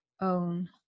own